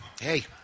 hey